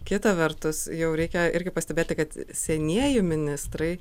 kita vertus jau reikia irgi pastebėti kad senieji ministrai